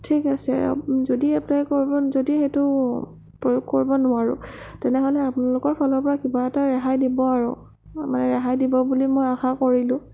ঠিক আছে যদি আপোনালোকৰ যদি সেইটো প্ৰয়োগ কৰিব নোৱাৰোঁ তেনেহ'লে আপোনালোকৰ ফালৰ পৰা কিবা এটা ৰেহাই দিব আৰু মানে ৰেহাই দিব বুলি মই আশা কৰিলোঁ